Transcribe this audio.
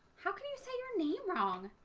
how can you say your name wrong?